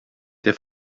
der